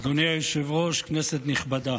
אדוני היושב-ראש, כנסת נכבדה,